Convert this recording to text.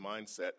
mindset